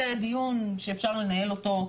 זה דיון שאפשר לנהל אותו,